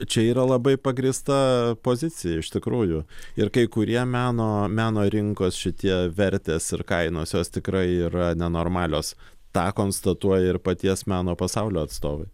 čia yra labai pagrįsta pozicija iš tikrųjų ir kai kurie meno meno rinkos šitie vertės ir kainos jos tikrai yra nenormalios tą konstatuoja ir paties meno pasaulio atstovai